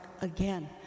again